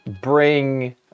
bring